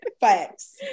Facts